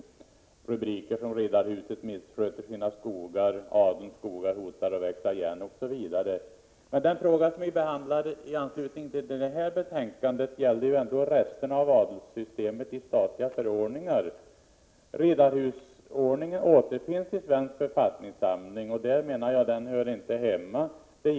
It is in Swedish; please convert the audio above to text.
Det har förekommit rubriker som Riddarhuset missköter sina skogar och Adelns skogar hotar att växa igen. Den fråga som vi behandlar i anslutning till detta betänkande gäller resterna av adelssystemet i statliga förordningar. Riddarhusordningen återfinns i svensk författningssamling. Jag menar att den inte hör hemma där.